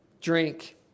drink